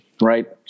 right